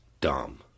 dumb